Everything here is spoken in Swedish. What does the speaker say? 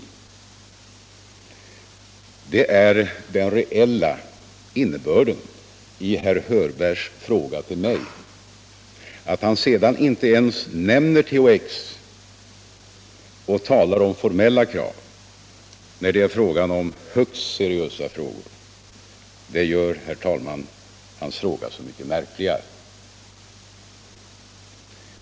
Det är den reella innebörden i herr Hörbergs fråga till mig. Att han sedan inte ens nämner THX och talar om formella krav, när det gäller högst seriösa frågor, det gör, herr talman, hans fråga så mycket märkligare.